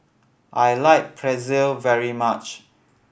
I like Pretzel very much